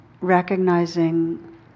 recognizing